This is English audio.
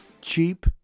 cheap